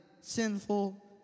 sinful